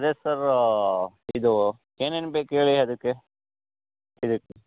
ಅದೇ ಸರ್ ಇದು ಏನೇನು ಬೇಕು ಹೇಳಿ ಅದಕ್ಕೆ ಇದಕ್ಕೆ